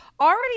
Already